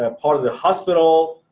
ah part of the hospital,